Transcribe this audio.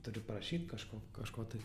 turi prašyt kažko kažko tai